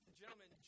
gentlemen